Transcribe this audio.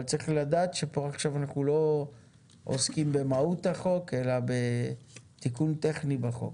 אבל צריך לדעת שאנחנו לא עוסקים עכשיו במהות החוק אלא בתיקון טכני בחוק.